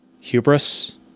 hubris